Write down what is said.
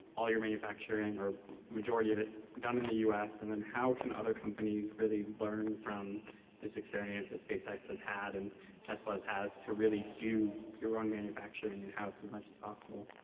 all your manufacturing or majority of it done in the u s, and then how can other companies really learn from this experience that spacex has had and tesla has had to really do your own manufacturing in-house as much as possible?